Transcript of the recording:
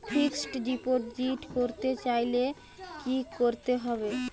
Fixed deposit করতে চাইলে কি করতে হবে?